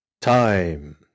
Time